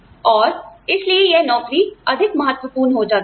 और इसलिए यह नौकरी अधिक महत्वपूर्ण हो जाती है